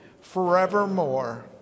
forevermore